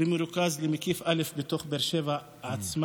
במרוכז למקיף א' בתוך באר שבע עצמה,